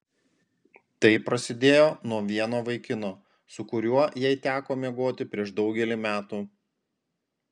tai prasidėjo nuo vieno vaikino su kuriuo jai teko miegoti prieš daugelį metų